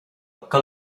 que